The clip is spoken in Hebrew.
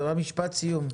משפט סיום.